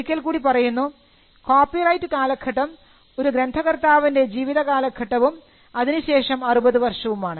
ഒരിക്കൽ കൂടി പറയുന്നു കോപ്പിറൈറ്റ് കാലഘട്ടം ഒരു ഗ്രന്ഥകർത്താവിൻറെ ജീവിത കാലഘട്ടവും അതിനുശേഷം 60 വർഷവുമാണ്